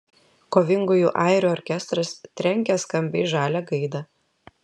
kovingųjų airių orkestras trenkia skambiai žalią gaidą